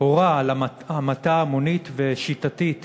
הורה על המתה המונית ושיטתית